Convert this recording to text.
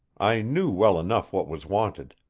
i knew well enough what was wanted.